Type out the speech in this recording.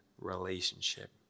relationship